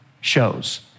shows